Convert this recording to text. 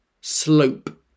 slope